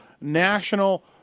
National